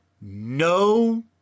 no